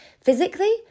physically